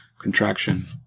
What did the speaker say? contraction